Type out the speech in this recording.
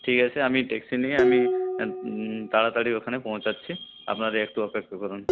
ঠিক আছে আমি ট্যাক্সি নিয়ে আমি তাড়াতাড়ি ওখানে পৌঁছাচ্ছি আপনারা একটু অপেক্ষা করুন